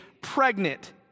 pregnant